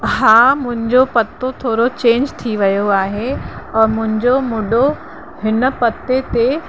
हा मुंहिंजो पतो थोरो चेंज थी वियो आहे और मुंहिंजो मुडो हिन पते ते